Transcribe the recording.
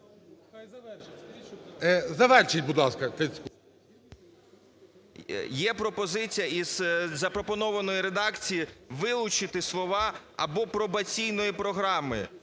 Є пропозиція із запропонованої редакції вилучити слова: або пробаційної програми,